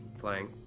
flying